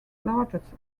largest